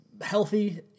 healthy